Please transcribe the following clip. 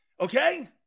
Okay